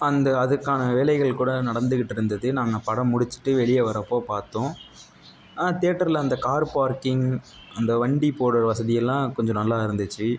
அந்த அதுக்கான வேலைகள் கூட நடந்துக்கிட்டுருந்தது நாங்கள் படம் முடிச்சுட்டு வெளியே வரப்போது பார்த்தோம் ஆனால் தியேட்டரில் அந்த கார் பார்க்கிங் அந்த வண்டி போடுகிற வசதியெல்லாம் கொஞ்சம் நல்லாயிருந்துச்சு